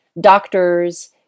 doctors